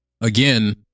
again